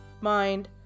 mind